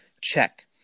Check